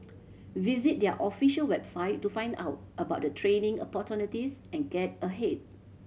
visit their official website to find out about the training opportunities and get ahead